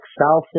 South